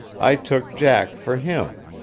i took jack for him.